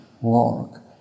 work